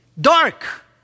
Dark